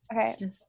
Okay